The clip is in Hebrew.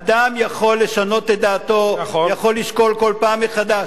אדם יכול לשנות את דעתו, יכול לשקול כל פעם מחדש,